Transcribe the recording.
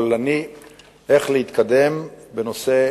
וכוללני איך להתקדם בנושא